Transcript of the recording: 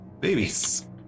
Babies